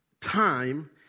time